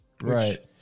Right